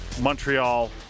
Montreal